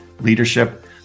leadership